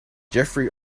geoffrey